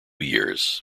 years